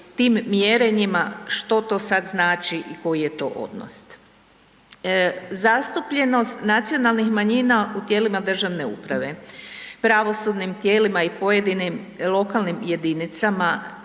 tim mjerenjima što to sad znači i koji je to odnos. Zastupljenost nacionalnih manjina u tijelima državne uprave, pravosudnim tijelima i pojedinim lokalnim jedinicama,